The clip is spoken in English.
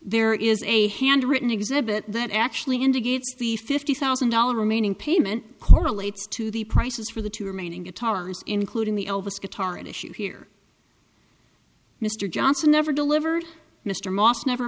there is a handwritten exhibit that actually indicates the fifty thousand dollars remaining payment correlates to the prices for the two remaining guitars including the elvis guitar at issue here mr johnson never delivered mr moss never